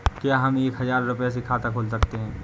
क्या हम एक हजार रुपये से खाता खोल सकते हैं?